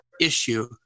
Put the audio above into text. issue